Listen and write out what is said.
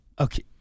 Okay